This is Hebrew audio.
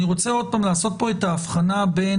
אני רוצה עוד פעם לעשות פה את ההבחנה בין